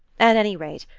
at any rate,